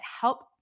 help